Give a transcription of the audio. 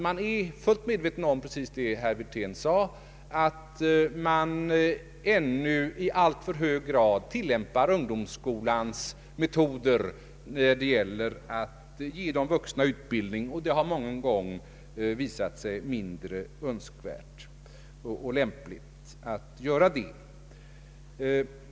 Man är fullt medveten om just det herr Wirtén sade, att man ännu i alltför hög grad tillämpar ungdomsskolans metoder när det gäller att ge de vuxna utbildning, och det har många gånger visat sig vara mindre lämpligt.